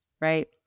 right